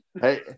hey